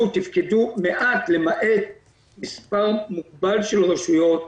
או תפקדו מעט למעט מספר מוגבל של רשויות.